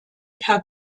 per